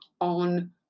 on